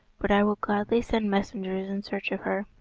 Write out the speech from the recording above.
but i will gladly send messengers in search of her.